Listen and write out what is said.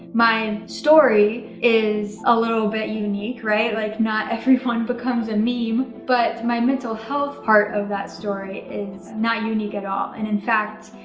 my story is a little bit unique, right? like not everyone becomes a meme, but my mental health part of that story is not unique at all. and in fact,